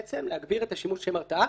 להגביר את השימוש לשם הרתעה,